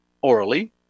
orally